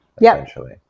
essentially